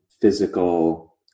physical